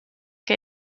que